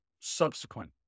subsequent